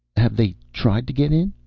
have they tried to get in?